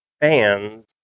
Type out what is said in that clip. fans